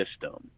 system